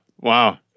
wow